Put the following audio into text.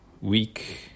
week